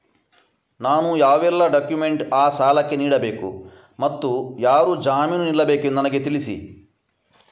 ನಾನು ಯಾವೆಲ್ಲ ಡಾಕ್ಯುಮೆಂಟ್ ಆ ಸಾಲಕ್ಕೆ ನೀಡಬೇಕು ಮತ್ತು ಯಾರು ಜಾಮೀನು ನಿಲ್ಲಬೇಕೆಂದು ನನಗೆ ತಿಳಿಸಿ?